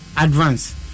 advance